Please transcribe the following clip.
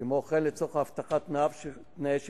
כמו כן, לצורך הבטחת תנאי שחרורו,